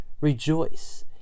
rejoice